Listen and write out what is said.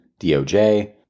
DOJ